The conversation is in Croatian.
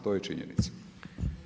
To je činjenica.